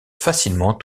facilement